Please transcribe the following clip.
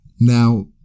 Now